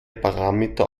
parameter